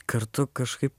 kartu kažkaip